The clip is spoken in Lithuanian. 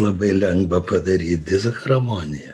labai lengva padaryt disharmoniją